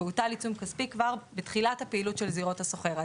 והוטל עיצום כספי כבר בתחילת הפעילות של זירות הסוחר.